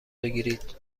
بگیرید